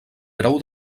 grau